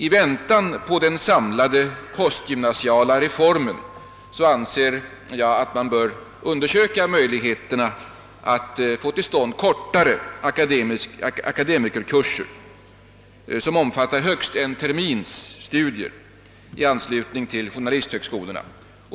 I väntan på den samlade postgymnasiala reformen anser jag att man bör undersöka möjligheterna att få till stånd kortare akademikerkurser, som omfattar en termins studier i anslutning till journalisthögskola.